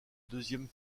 deuxième